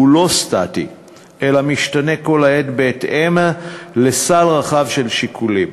שהוא לא סטטי אלא משתנה כל העת בהתאם לסל רחב של שיקולים.